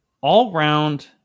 all-round